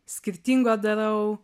skirtingo darau